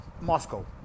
Moscow